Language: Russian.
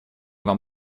вам